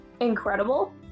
incredible